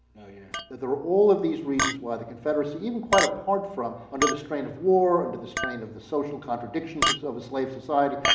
oh yeah. that there are all of these reasons why the confederacy, even quite apart from under the strain of war, under the strain of the social contradictions of so the slave society,